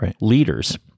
leaders